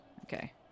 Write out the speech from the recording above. Okay